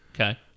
okay